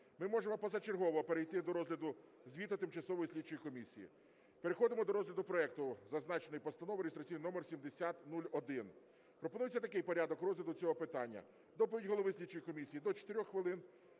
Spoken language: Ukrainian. ми можемо позачергово перейти до розгляду звіту Тимчасової слідчої комісії. Переходимо до розгляду проекту зазначеної постанови (реєстраційний номер 7001). Пропонується такий порядок розгляду цього питання. Доповідь голови слідчої комісії – до 4 хвилин,